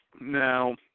now